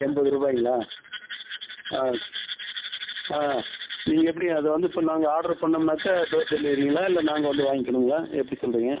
எண்பது ரூபாய்ங்களா நீங்கள் எப்படிங்க அதை வந்து இப்போ நாங்கள் ஆட்ரு பண்ணோம்னாக்கால் டோர் டெலிவரிங்களா இல்லை நாங்கள் வந்து வாங்கிக்கணுங்களா எப்படி சொல்கிறீங்க